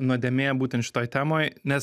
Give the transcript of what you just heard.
nuodėmė būtent šitoj temoj nes